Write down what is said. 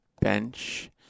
Bench